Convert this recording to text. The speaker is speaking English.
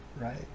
right